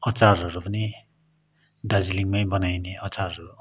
अचारहरू पनि दार्जिलिङमै बनाइने अचारहरू